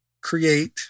create